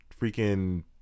freaking